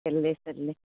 কেটলি চেটলি